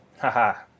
Haha